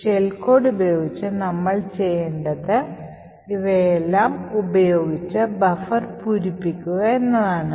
shell code ഉപയോഗിച്ച് നമ്മൾ ചെയ്യേണ്ടത് ഇവയെല്ലാം ഉപയോഗിച്ച് ബഫർ പൂരിപ്പിക്കുക എന്നതാണ്